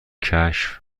کشف